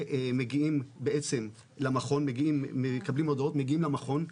הם מקבלים הודעות ומגיעים למכון,